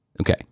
okay